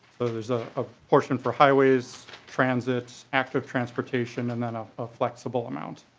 so there is ah a portion for highways transit active transportation and and a flexible amount.